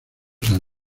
san